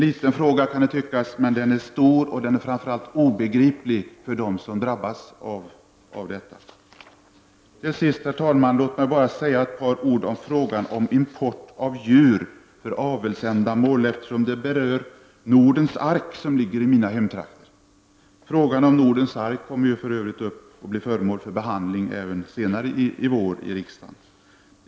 Det kan tyckas vara en liten fråga, men den är stor och framför allt obegriplig för dem som drabbas. Låt mig till sist, herr talman, bara säga ett par ord om frågan om import av djur för avelsändamål, eftersom det berör Nordens ark som ligger i mina hemtrakter. Frågan om Nordens ark kommer för övrigt att bli föremål för behandling senare i vår av riksdagen.